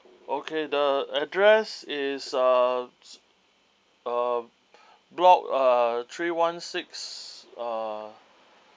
okay the address is uh uh block uh three one six uh